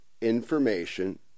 information